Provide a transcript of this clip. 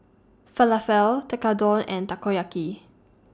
Falafel Tekkadon and Takoyaki